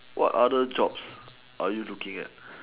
what other jobs are you looking at